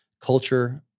culture